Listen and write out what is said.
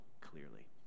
clearly